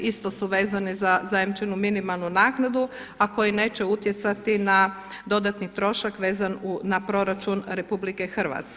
Isto su vezani za zajamčenu minimalnu naknadu, a koji neće utjecati na dodatni trošak vezan na proračun RH.